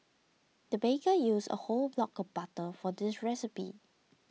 the baker used a whole block of butter for this recipe